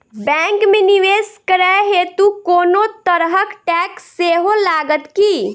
Bank मे निवेश करै हेतु कोनो तरहक टैक्स सेहो लागत की?